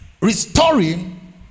restoring